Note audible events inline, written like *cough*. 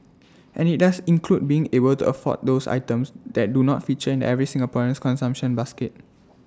*noise* and IT does include being able to afford those items that do not feature in every Singaporean's consumption basket